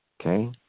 okay